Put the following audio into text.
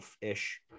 ish